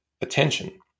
attention